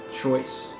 choice